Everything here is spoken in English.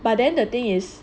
but then the thing is